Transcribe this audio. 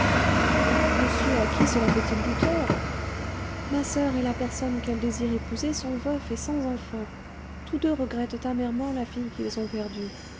mais monsieur à qui cela fait-il du tort ma soeur et la personne qu'elle désire épouser sont veufs et sans enfants tous deux regrettent amèrement la fille qu'ils ont perdue